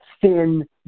thin